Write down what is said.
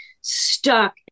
stuck